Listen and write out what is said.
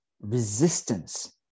resistance